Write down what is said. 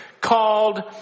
called